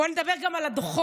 בואו נדבר גם על הדוחות,